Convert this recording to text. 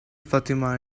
fatima